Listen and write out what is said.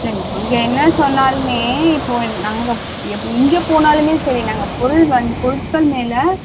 இல்லைங்க நாங்கள் என்ன சொன்னாலுமே இப்போது நாங்கள் எங்கே போனாலுமே சரி நாங்கள் பொருள் வந்து பொருட்கள் மேலே